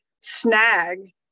snag